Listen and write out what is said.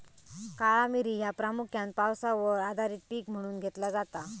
काळा मिरी ह्या प्रामुख्यान पावसावर आधारित पीक म्हणून घेतला जाता